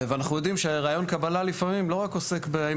ואנחנו יודעים שראיון קבלה לפעמים לא עוסק רק באם